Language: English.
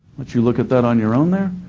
let you look at that on your own there.